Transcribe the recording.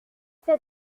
c’est